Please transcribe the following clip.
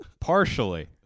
partially